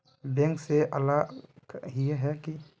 Bank से अलग हिये है की?